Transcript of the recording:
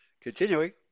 Continuing